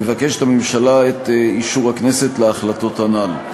מבקשת הממשלה את אישור הכנסת להחלטות הנ"ל.